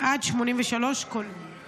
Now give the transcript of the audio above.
עד 83 כולל.